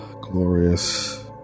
glorious